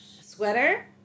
sweater